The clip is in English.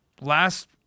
last